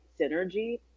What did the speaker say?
synergy